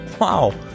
wow